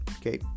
Okay